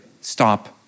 stop